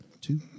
two